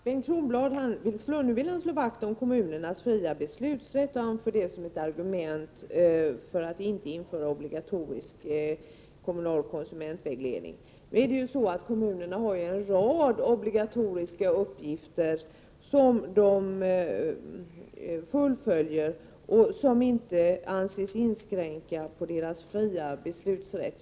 Fru talman! Bengt Kronblad vill slå vakt om kommunernas fria beslutsrätt och anför det som ett argument för att inte införa obligatorisk kommunal konsumentvägledning. Men kommunerna har en rad obligatoriska uppgifter som de fullföljer och som inte anses inskränka deras fria beslutsrätt.